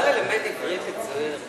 אתה בא ללמד עברית את זוהיר?